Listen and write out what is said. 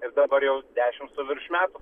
ir dabar jau dešimt su virš metų